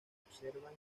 observan